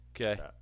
Okay